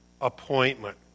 appointment